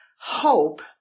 HOPE